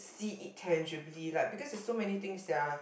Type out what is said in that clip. see it tangibly like because there is so many things that are